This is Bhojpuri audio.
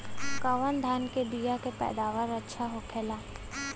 कवन धान के बीया के पैदावार अच्छा होखेला?